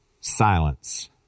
silence